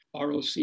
ROC